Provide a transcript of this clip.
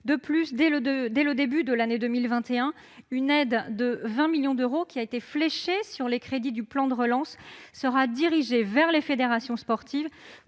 De plus, dès le début de l'année 2021, une aide de 20 millions d'euros issue du plan de relance sera dirigée vers les fédérations sportives